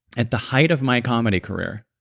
at the height of my comedy career,